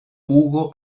pugo